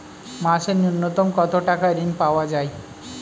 মাসে নূন্যতম কত টাকা ঋণ পাওয়া য়ায়?